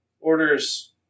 orders